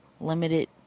limited